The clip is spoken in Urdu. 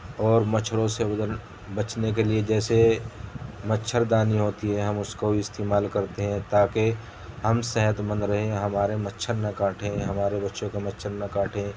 اور مچھروں سے گزر بچنے کے لیے جیسے مچھردانی ہوتی ہے ہم اس کو استعمال کرتے ہیں تاکہ ہم صحت مندر رہیں ہمارے مچھر نہ کاٹیں ہمارے بچوں کو مچھر نہ کاٹیں